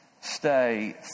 stay